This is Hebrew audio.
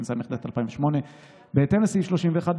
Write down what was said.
התשס"ט 2008. בהתאם לסעיף 31(ב)